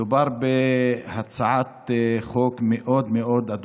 מדובר בהצעת חוק מאוד מאוד מאוד מסוכנת,